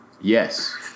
Yes